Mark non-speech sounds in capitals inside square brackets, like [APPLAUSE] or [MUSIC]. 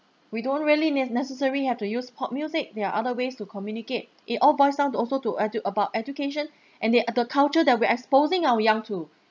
we don't really ne~ necessary have to use pop music there other ways to communicate it all boils down also to edu~ about education [BREATH] and they the culture that we're exposing our young to